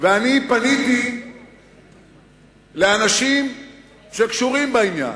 אני פניתי לאנשים שקשורים לעניין,